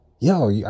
yo